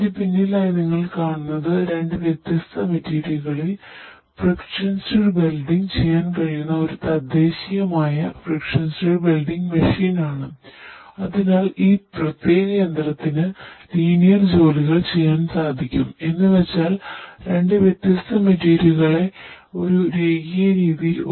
എന്റെ പിന്നിലായി നിങ്ങൾ കാണുന്നത് രണ്ട് വ്യത്യസ്ത മെറ്റീരിയലുകളിൽ ഈ യന്ത്രം എങ്ങനെ പ്രവർത്തിക്കുന്നു എന്ന് നിങ്ങൾക്ക് വിശദീകരിക്കും